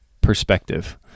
perspective